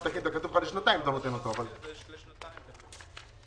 הנחתי על שולחן הוועדה אתמול את הרשימה לפי המתכונת חדשה.